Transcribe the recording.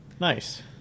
Nice